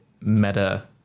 meta